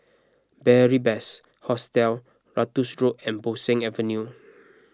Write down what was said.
Beary Best Hostel Ratus Road and Bo Seng Avenue